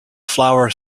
flower